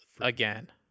again